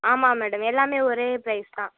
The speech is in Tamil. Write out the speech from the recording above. ஆமாம் மேடம் எல்லாமே ஒரே ப்ரைஸ் தான்